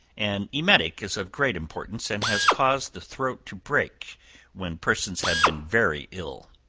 an emetic is of great importance, and has caused the throat to break when persons have been very ill.